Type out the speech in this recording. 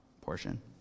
portion